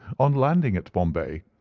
on landing at bombay,